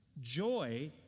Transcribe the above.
Joy